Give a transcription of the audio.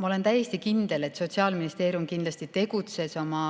Ma olen täiesti kindel, et Sotsiaalministeerium tegutses oma